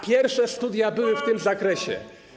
Pierwsze studia były w tym zakresie.